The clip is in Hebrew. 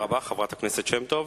תודה רבה, חברת הכנסת שמטוב.